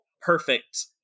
perfect